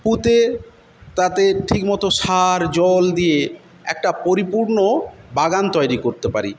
পুঁতে তাতে ঠিকমত সার জল দিয়ে একটা পরিপূর্ণ বাগান তৈরি করতে পারি